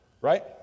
right